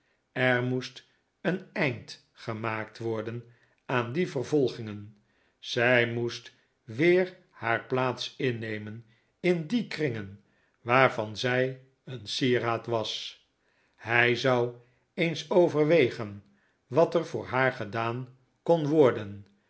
er moest een eind gemaakt worden aan die vervolgingen zij moest weer haar plaats innemen in die kringen waarvan zij een sieraad was hij zou eens overwegen wat er voor haar gedaan kon worden